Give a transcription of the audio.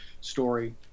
story